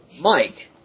Mike